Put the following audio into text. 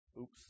Oops